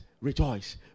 rejoice